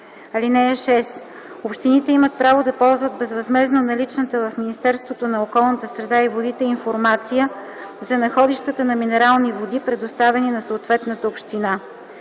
т. 2. (6) Общините имат право да ползват безвъзмездно наличната в Министерството на околната среда и водите информация за находищата на минерални води, предоставени на съответната община.